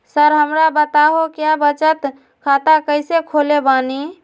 Sir हमरा बताओ क्या बचत खाता कैसे खोले बानी?